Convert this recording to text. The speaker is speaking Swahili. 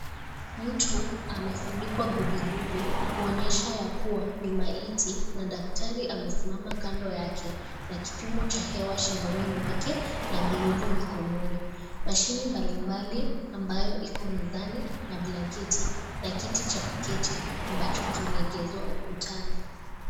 Mtu amefunikwa gubigubi kuonyesha ya kuwa ni maiti. Na daktari amesimama kando yake, na kipimo cha hewa shingoni mwake, na glovu mikononi. Mashini mbalimbali ambayo iko mezani na blanketi, na kiti cha kuketi ambacho kimeegezwa ukutani.